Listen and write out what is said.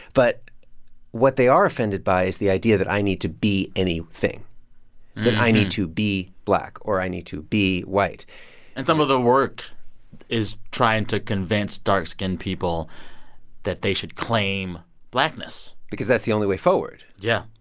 but what they are offended by is the idea that i need to be anything that i need to be black or i need to be white and some of the work is trying to convince dark-skinned people that they should claim blackness because that's the only way forward. yeah.